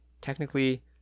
technically